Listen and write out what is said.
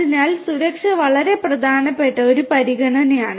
അതിനാൽ സുരക്ഷ വളരെ പ്രധാനപ്പെട്ട ഒരു പരിഗണനയാണ്